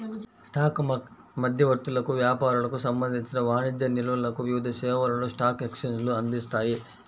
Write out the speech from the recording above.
stock మధ్యవర్తులకు, వ్యాపారులకు సంబంధించిన వాణిజ్య నిల్వలకు వివిధ సేవలను స్టాక్ ఎక్స్చేంజ్లు అందిస్తాయి